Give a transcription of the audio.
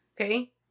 okay